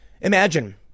Imagine